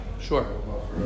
sure